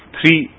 Three